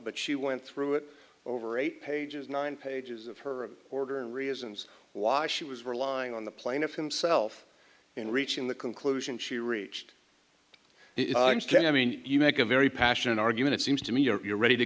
but she went through it over eight pages nine pages of her order and reasons why she was relying on the plaintiff himself in reaching the conclusion she reached i mean you make a very passionate argument it seems to me you're ready to